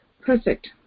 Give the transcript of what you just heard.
perfect